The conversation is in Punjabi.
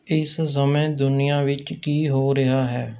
ਇਸ ਸਮੇਂ ਦੁਨੀਆਂ ਵਿੱਚ ਕੀ ਹੋ ਰਿਹਾ ਹੈ